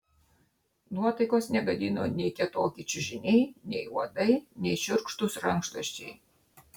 nuotaikos negadino nei kietoki čiužiniai nei uodai nei šiurkštūs rankšluosčiai